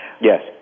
yes